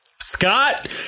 Scott